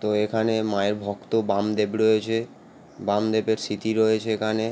তো এখানে মায়ের ভক্ত বামদেব রয়েছে বামদেবের স্মৃতি রয়েছে এখানে